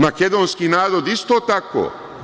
Makedonski narod isto tako.